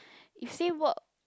if say work